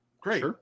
Great